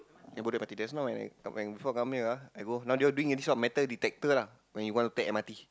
yeah Bedok M_R_T just now when I before come here ah I go now they are doing this one metal detector lah when you want to take M_R_T